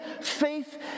faith